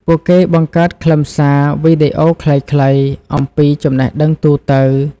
ពួកគេបង្កើតខ្លឹមសារវីដេអូខ្លីៗ អំពីចំណេះដឹងទូទៅ។